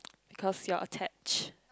because you are attached